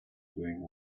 going